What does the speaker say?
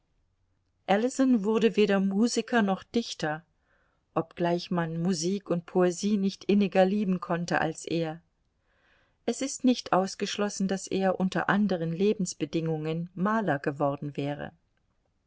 ellison wurde weder musiker noch dichter obgleich man musik und poesie nicht inniger lieben konnte als er es ist nicht ausgeschlossen daß er unter andern lebensbedingungen maler geworden wäre